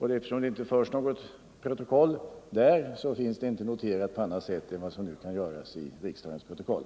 Eftersom det inte förs något protokoll där finns detta inte noterat på annat sätt än vad som nu kan göras i riksdagens protokoll.